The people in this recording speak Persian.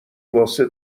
واسه